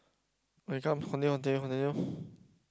!oi! come continue continue continue